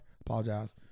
Apologize